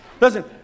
Listen